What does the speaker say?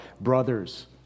brothers